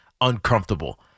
uncomfortable